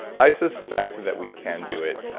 i suspect that we can do it.